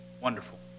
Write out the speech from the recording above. Wonderful